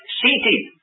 seated